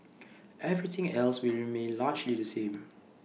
everything else will remain largely the same